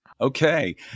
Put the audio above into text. Okay